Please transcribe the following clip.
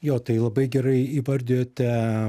jo tai labai gerai įvardijote